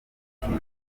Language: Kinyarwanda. ntabwo